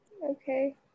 okay